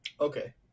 Okay